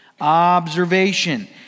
Observation